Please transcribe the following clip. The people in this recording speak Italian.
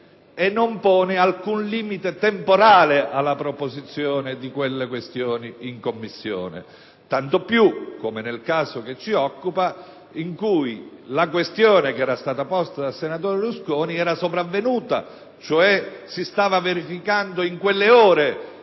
e non pone alcun limite temporale alla proposizione di quelle questioni in Commissione. Tanto più che, come nel caso che ci occupa, che la questione posta dal senatore Rusconi era sopravvenuta, cioè si stava verificando in quelle ore